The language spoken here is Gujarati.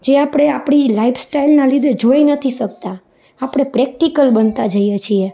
જે આપણે આપણી લાઈફસ્ટાઈલના લીધે જોઈ નથી શકતા આપણે પ્રેક્ટિકલ બનતા જઈએ છીએ